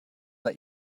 that